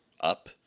up